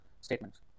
statements